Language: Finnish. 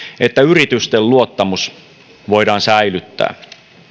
että yritysten luottamus voidaan säilyttää